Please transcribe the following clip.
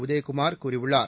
உதயகுமார் கூறியுள்ளார்